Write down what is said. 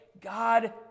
god